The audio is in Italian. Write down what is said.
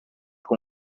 con